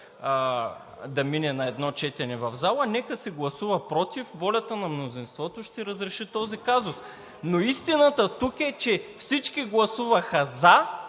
да мине на едно четене в залата, нека си гласува „против“ – волята на мнозинството ще разреши този казус. Но истината тук е, че всички гласуваха за,